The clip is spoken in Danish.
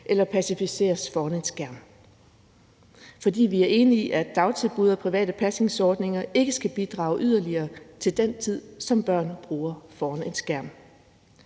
eller pacificeres foran en skærm. For vi er enige om, at dagtilbud og private pasningsordninger ikke skal bidrage yderligere til den tid, som børn bruger foran en skærm.